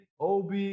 OB